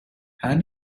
how